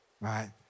right